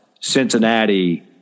Cincinnati